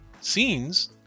scenes